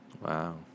Wow